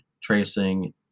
tracing